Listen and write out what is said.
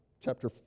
chapter